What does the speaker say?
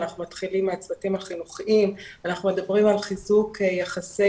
אנחנו מתחילים מהצוותים החינוכיים ואנחנו מדברים על חיזוק יחסי